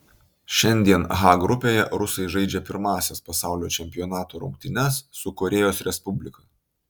šiandien h grupėje rusai žaidžia pirmąsias pasaulio čempionato rungtynes su korėjos respublika